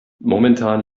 momentan